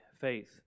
faith